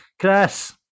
Chris